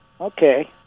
okay